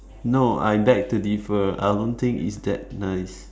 no I beg to differ I don't think it's that nice